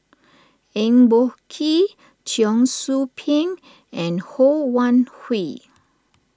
Eng Boh Kee Cheong Soo Pieng and Ho Wan Hui